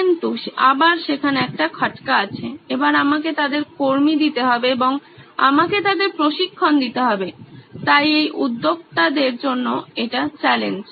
কিন্তু আবার সেখানে একটি খটকা আছে এবার আমাকে তাদের কর্মী দিতে হবে এবং আমাকে তাদের প্রশিক্ষণ দিতে হবে তাই এই উদ্যোক্তাদের জন্য এটি চ্যালেঞ্জ